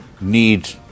need